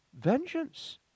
Vengeance